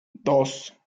dos